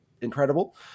incredible